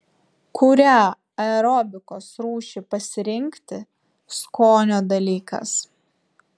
kurią aerobikos rūšį pasirinkti skonio dalykas